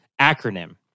acronym